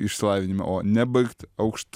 išsilavinimą o nebaigt aukšt